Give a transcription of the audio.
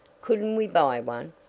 couldn't we buy one?